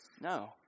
No